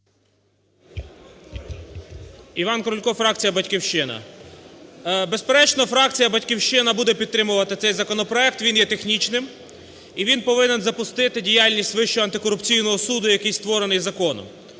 Іван Крулько, фракція "Батьківщина". Безперечно, фракція "Батьківщина" буде підтримувати цей законопроект, він є технічним і він повинен запустити діяльність Вищого антикорупційного суду, який створений законом.